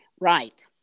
Right